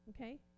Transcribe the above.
Okay